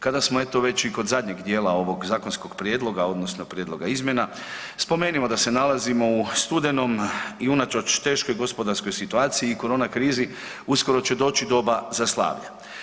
Kada smo eto već i kod zadnjeg dijela ovog zakonskog prijedloga odnosno prijedloga izmjena spomenimo da se nalazimo u studenom i unatoč teškoj gospodarskoj situaciji i korona krizi uskoro će doći doba za slavlje.